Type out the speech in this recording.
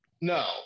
No